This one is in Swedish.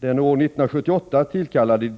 Den år 1978 tillkallade